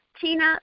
tina